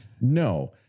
No